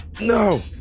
No